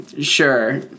sure